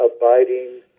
abiding